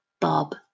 Bob